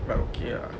but okay ah